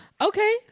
Okay